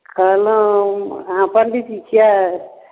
कहलहुँ अहाँ पण्डीजी छियै